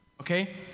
Okay